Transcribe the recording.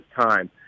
time